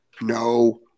No